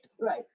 Right